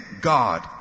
God